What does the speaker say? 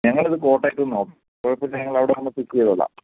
ഞങ്ങൾ ഇത് കോട്ടയത്തു നിന്നാണ് കുഴപ്പമില്ല ഞങ്ങൾ അവിടെ വന്ന് പിക്ക് ചെയ്തോളാം